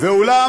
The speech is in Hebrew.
מי פגע,